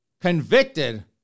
convicted